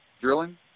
drilling